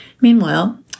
Meanwhile